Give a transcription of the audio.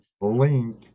link